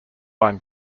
line